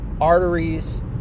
arteries